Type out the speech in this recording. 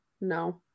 No